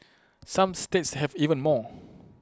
some states have even more